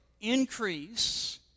increase